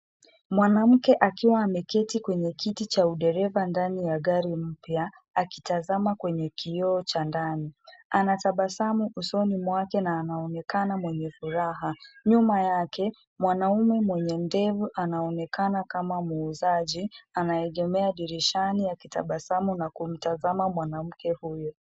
Mwanamke akiwa ameketi kwenye kiti cha udereva ndani ya gari mpya akitazama kwenye kioo cha ndani. Anatabasamu usoni mwake na anaonekana mwenye furaha. Nyuma yake mwanamme mwenye ndevu anaonekana kama muuzaji anaegemea dirishani akitabasamu na kumtazama mwanamke huyu.